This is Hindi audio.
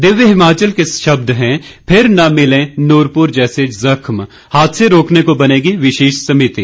दिव्य हिमाचल के शब्द हैं फिर न मिलें नूरपुर जैसे जख्म हादसे रोकने को बनेगी विशेष समिति